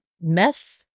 meth